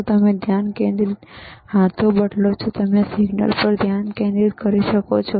જો તમે ધ્યાન કેન્દ્રિત હાથો બદલો છો તો તમે સિગ્નલ પર ધ્યાન કેન્દ્રિત કરી શકો છો